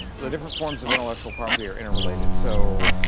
the different forms of intellectual property are interrelated. so,